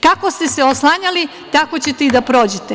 Kako ste se oslanjali, tako ćete i da prođete.